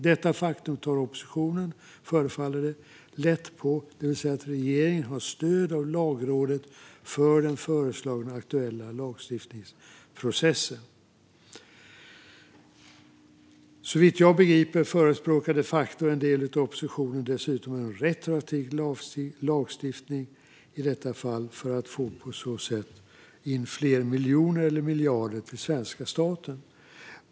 Det förefaller som att oppositionen tar lätt på detta faktum, det vill säga att regeringen har stöd av Lagrådet för den föreslagna, aktuella lagstiftningsprocessen. Såvitt jag begriper förespråkar de facto en del av oppositionen dessutom en retroaktiv lagstiftning i detta fall för att på så sätt få in fler miljoner eller miljarder till den svenska staten.